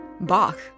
Bach